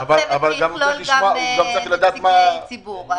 לא צוות שיכלול גם נציגי ציבור.